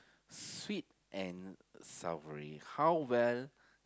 sweet and savoury how well